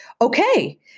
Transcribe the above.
okay